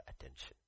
attention